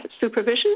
supervision